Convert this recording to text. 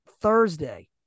Thursday